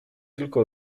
tylko